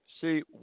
see